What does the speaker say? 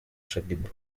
shaddyboo